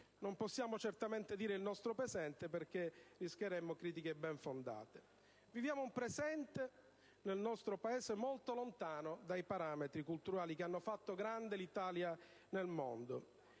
Non possiamo certamente dire il nostro presente, perché rischieremmo critiche ben fondate. Viviamo un presente, nel nostro Paese, molto lontano dai parametri culturali che hanno fatto grande l'Italia nel mondo.